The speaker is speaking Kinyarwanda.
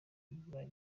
bibaye